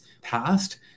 passed